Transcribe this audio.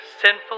sinful